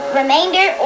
remainder